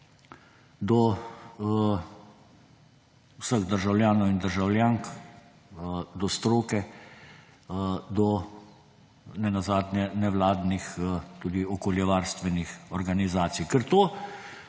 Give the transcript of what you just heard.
do vseh državljanov in državljank, do stroke, do nenazadnje tudi nevladnih okoljevarstvenih organizacij. Ker to,